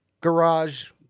garage